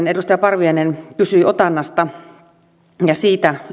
edustaja parviainen kysyi otannasta ja siitä